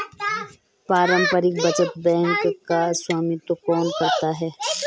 पारस्परिक बचत बैंक का स्वामित्व कौन करता है?